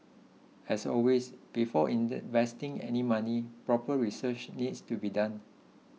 as always before in the vesting any money proper research needs to be done